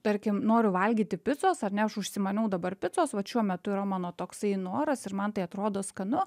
tarkim noriu valgyti picos ar ne aš užsimaniau dabar picos vat šiuo metu yra mano toksai noras ir man tai atrodo skanu